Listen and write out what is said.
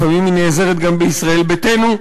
לפעמים היא נעזרת גם בישראל ביתנו,